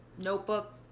notebook